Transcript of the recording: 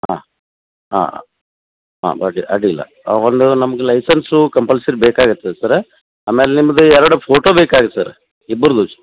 ಹಾಂ ಆಂ ಆಂ ಬಡ್ ಅಡ್ಡಿಲ್ಲ ಒಂದು ನಮ್ಗೆ ಲೈಸನ್ಸು ಕಂಪಲ್ಸರಿ ಬೇಕಾಗುತ್ತೆ ಸರ ಆಮೇಲೆ ನಿಮ್ಮದು ಎರಡು ಫೋಟೋ ಬೇಕಾಗಿತ್ತು ಸರ್ ಇಬ್ಬರ್ದು